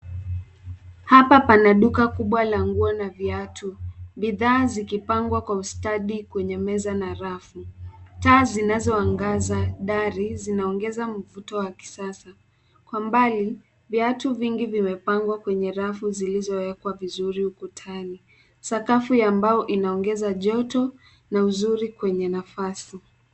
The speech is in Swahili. Hapa pana duka kubwa la nguo na viatu. Bidhaa zikipangwa kwa ustadi kwenye meza na rafu. Taa zinazoangaza dari zinaongeza mvuto wa kisasa. Kwa mbali viatu vingi vimepangwa kwenye rafu zilizowekwa vizuri ukutani. Sakafu ya mbao inaongeza joto na uzuri kwenye nafasi.